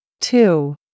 two